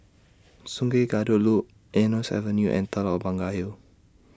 Sungei Kadut Loop Eunos Avenue and Telok Blangah Hill